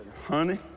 Honey